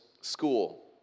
school